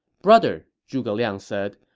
brother, zhuge liang said.